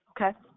okay